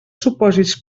supòsits